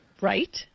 Right